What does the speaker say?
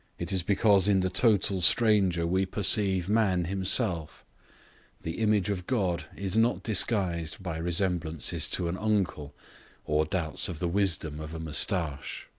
it is because in the total stranger we perceive man himself the image of god is not disguised by resemblances to an uncle or doubts of the wisdom of a moustache.